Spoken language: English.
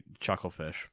Chucklefish